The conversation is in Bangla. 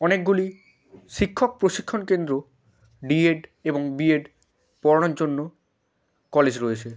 অনেকগুলি শিক্ষক প্রশিক্ষণ কেন্দ্র ডি এড এবং বি এড পড়ানোর জন্য কলেজ রয়েছে